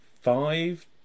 five